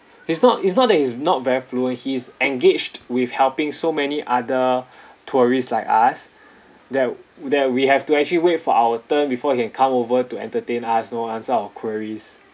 he's not it's not that he's not very fluent he's engaged with helping so many other tourists like us tha~ that we have to actually wait for our turn before he can come over to entertain us you know answer our queries